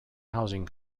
housing